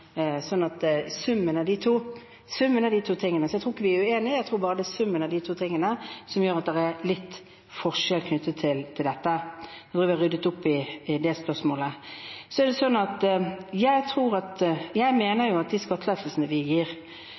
summen av de to tingene. Så jeg tror ikke vi er uenige, jeg tror bare at det er summen av de to tingene som gjør at det er litt forskjell knyttet til dette. Nå har vi ryddet opp i det spørsmålet. Så er det sånn at jeg mener at de skattelettelsene vi gir, både det vi gjør på selskapsskatt, som jo Arbeiderpartiet er enig i er vekststimulerende, og det vi